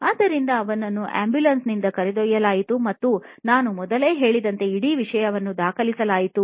ಆದ್ದರಿಂದ ಅವನನ್ನು ಆಂಬ್ಯುಲೆನ್ಸ್ ನಿಂದ ಕರೆದೊಯ್ಯಲಾಯಿತು ಮತ್ತು ನಾನು ಮೊದಲೇ ಹೇಳಿದಂತೆ ಇಡೀ ವಿಷಯವನ್ನು ದಾಖಲಿಸಲಾಗಿತು